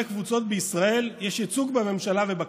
קבוצות בישראל יש ייצוג בממשלה ובכנסת: